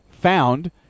found